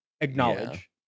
acknowledge